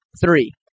Three